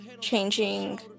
changing